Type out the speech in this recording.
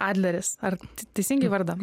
adleris ar teisingai vardą